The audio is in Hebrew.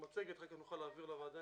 מצגת נוכל להעביר לוועדה,